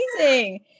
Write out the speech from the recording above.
amazing